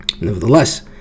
nevertheless